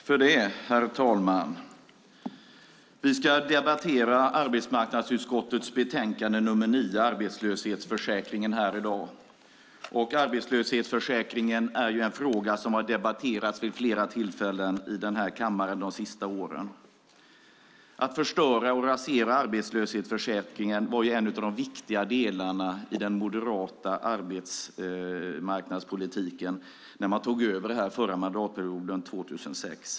Herr talman! Vi ska debattera arbetsmarknadsutskottets betänkande nr 9 om arbetslöshetsförsäkringen. Arbetslöshetsförsäkringen är en fråga som har debatterats i kammaren vid flera tillfällen de senaste åren. Att förstöra och rasera arbetslöshetsförsäkringen var en av de bärande delarna i den moderata arbetsmarknadspolitiken när man tog över 2006.